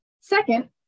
Second